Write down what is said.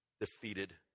defeated